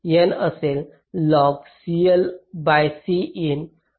N असेल ही N आहे